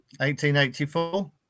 1884